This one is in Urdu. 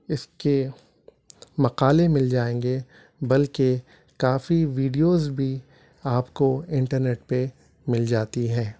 اس کے مقالے مل جائیں گے بلکہ کافی ویڈیوز بھی آپ کو انٹرنیٹ پہ مل جاتی ہیں